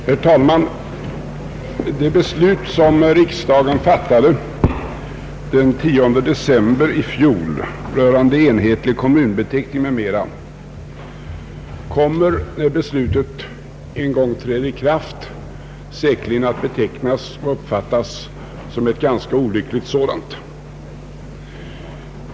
Herr talman! Det beslut som riksdagen fattade den 10 december i fjol rörande enhetlig kommunbeteckning m.m. kommer, när beslutet en gång träder i kraft, säkerligen att betecknas och uppfattas som ett ganska olyckligt sådant.